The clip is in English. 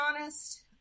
honest